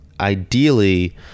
ideally